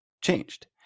changed